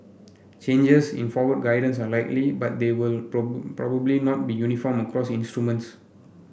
changes in forward guidance are likely but they will probably not be uniform across instruments